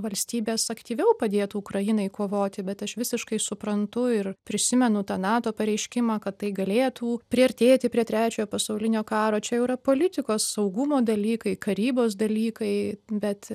valstybės aktyviau padėtų ukrainai kovoti bet aš visiškai suprantu ir prisimenu tą nato pareiškimą kad tai galėtų priartėti prie trečiojo pasaulinio karo čia jau yra politikos saugumo dalykai karybos dalykai bet